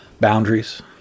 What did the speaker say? boundaries